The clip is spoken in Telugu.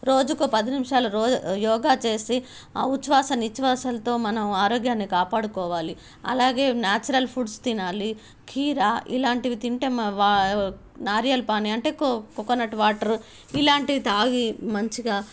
రోజుకు ఒక పది నిమిషాలు రో యోగా చేసి ఆ ఉచ్వాస నిచ్వాసలతో మనం ఆరోగ్యాన్ని కాపాడుకోవాలి అలాగే న్యాచురల్ ఫుడ్స్ తినాలి కీర ఇలాంటివి తింటే వా నారియల్ పానీ అంటే కో కోకోనట్ వాటర్ ఇలాంటివి తాగి మంచిగా